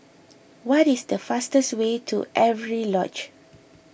what is the fastest way to Avery Lodge